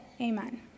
Amen